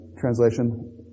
translation